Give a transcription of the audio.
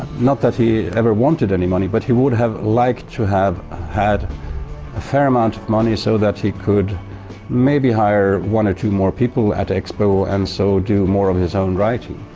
not that he ever wanted any money, but he would have liked to have had a fair amount of money so that he could maybe hire one or two more people at expo and so do more of his own writing.